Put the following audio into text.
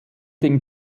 den